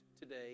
today